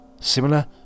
similar